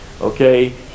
Okay